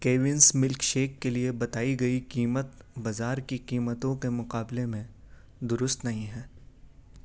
کیونس milkshake کے لیے بتائی گئی قیمت بازار کی قیمتوں کے مقابلے میں درست نہیں ہے